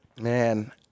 Man